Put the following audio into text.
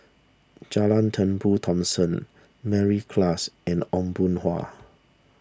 John Turnbull Thomson Mary Klass and Aw Boon Haw